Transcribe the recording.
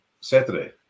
Saturday